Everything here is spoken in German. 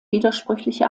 widersprüchliche